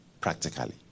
practically